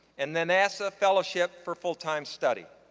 and the nasa fellowship for full-time study.